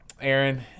Aaron